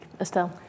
Estelle